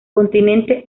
continente